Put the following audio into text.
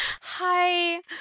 hi